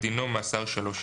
דינו - מאסר שלוש שנים."